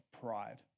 pride